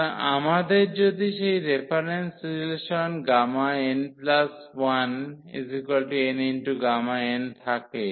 সুতরাং আমাদের যদি সেই রেফারেন্স রিলেশন n1nΓn থাকে